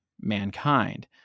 mankind